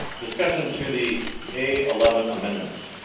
discussion to the a eleven amendment?